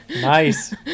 Nice